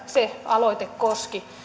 se aloite koski